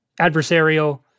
adversarial